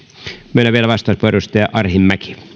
myönnän vielä vastauspuheenvuoron edustaja arhinmäelle